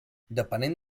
depenent